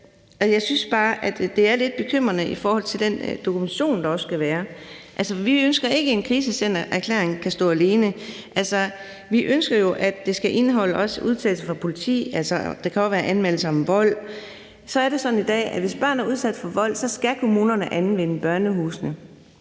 jeg synes bare, at det er lidt bekymrende i forhold til den dokumentation, der også skal være. Vi ønsker ikke, at en krisecentererklæring kan stå alene. Vi ønsker, at det også skal indeholde udtalelser fra politi. Der kan jo være anmeldelser om vold. Det er sådan i dag, at hvis børn er udsat for vold, skal kommunerne anvende børnehusene.